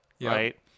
right